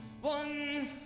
One